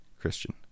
Christian